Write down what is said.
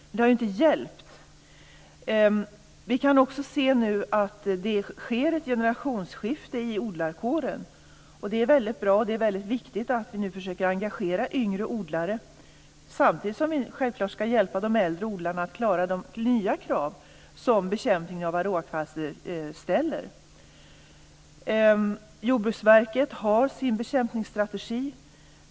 Det har alltså inte hjälpt. Nu sker det ett generationsskifte i odlarkåren. Det är väldigt bra. Det är mycket viktigt att vi nu försöker engagera yngre odlare, samtidigt som vi självfallet ska hjälpa de äldre odlarna att klara de nya krav som bekämpningen av varroakvalstret ställer. Jordbruksverket har sin bekämpningsstrategi.